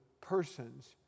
person's